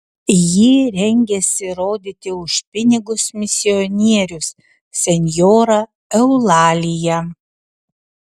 jį rengiasi rodyti už pinigus misionierius senjora eulalija